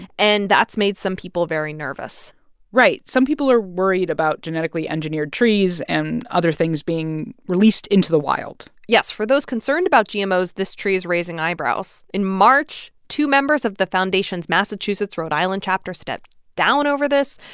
and that's made some people very nervous right. some people are worried about genetically engineered trees and other things being released into the wild yes. for those concerned about gmos, this tree is raising eyebrows. in march, two members of the foundation's massachusetts-rhode island chapter stepped down over this.